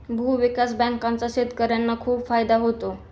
भूविकास बँकांचा शेतकर्यांना खूप फायदा होतो